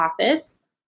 office